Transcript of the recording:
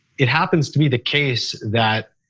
it happens to be the case that